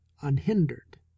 unhindered